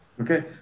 okay